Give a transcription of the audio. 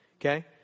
Okay